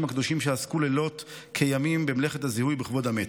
הקדושים שעסקו לילות כימים במלאכת הזיהוי ובכבוד המת.